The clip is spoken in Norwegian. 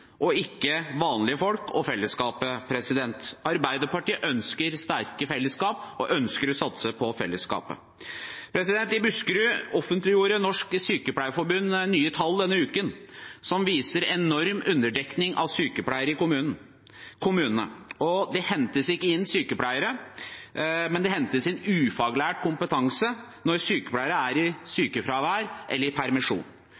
og ikke vanlige folk og fellesskapet. Arbeiderpartiet ønsker sterke fellesskap og ønsker å satse på fellesskapet. I Buskerud offentliggjorde Norsk Sykepleierforbund nye tall denne uken, som viser en enorm underdekning av sykepleiere i kommunene. Det hentes ikke inn sykepleiere, men det hentes inn ufaglært kompetanse når sykepleiere er i